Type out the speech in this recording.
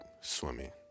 swimming